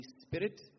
Spirit